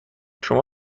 شما